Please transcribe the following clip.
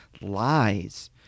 lies